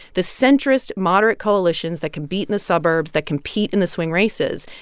the centrist moderate coalitions that can beat in the suburbs, that compete in the swing races,